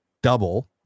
double